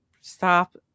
stop